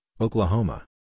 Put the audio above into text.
Oklahoma